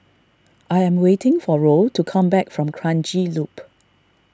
I am waiting for Roe to come back from Kranji Loop